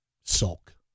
sulk